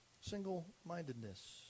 single-mindedness